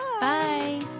Bye